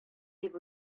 дип